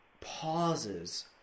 pauses